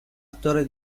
ettore